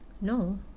No